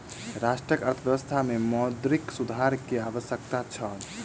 राष्ट्रक अर्थव्यवस्था में मौद्रिक सुधार के आवश्यकता छल